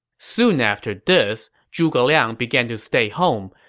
soon after this, zhuge liang began to stay home,